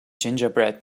gingerbread